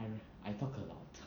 I talk a lot